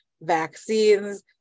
vaccines